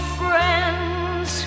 friends